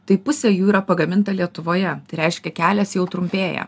tai pusė jų yra pagaminta lietuvoje tai reiškia kelias jau trumpėja